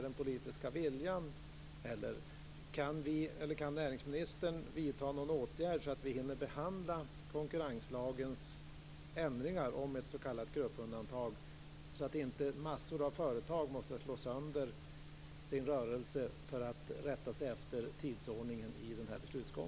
Det är besvärande att så skall ske, och det stämmer inte heller med den politiska viljan.